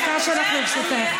הדקה שלך לרשותך.